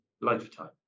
lifetime